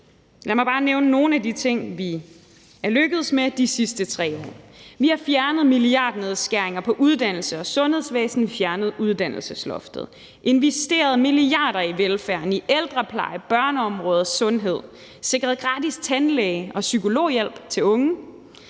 Lad mig bare nævne nogle af de ting, vi er lykkedes med de sidste 3 år: Vi har fjernet milliardnedskæringer inden for uddannelse og sundhed; fjernet uddannelsesloftet; investeret milliarder i velfærden, i ældreplejen, på børneområdet og i sundhed; sikret gratis tandlæge og psykologhjælp til unge;